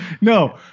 No